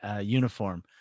uniform